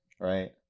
right